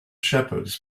shepherds